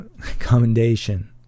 commendation